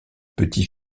petit